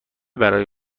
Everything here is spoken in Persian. برای